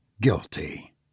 guilty